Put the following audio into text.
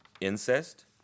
incest